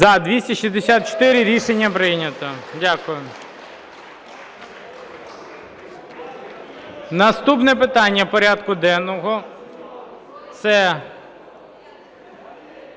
За-264 Рішення прийнято. Дякую. Наступне питання порядку денного